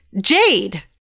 Jade